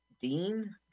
Dean